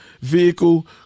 vehicle